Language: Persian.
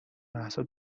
مهسا